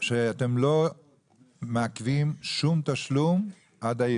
אתם לא מעכבים שום תשלום עד הערעור.